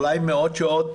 אולי מאות שעות,